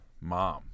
mom